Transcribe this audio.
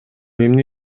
эмне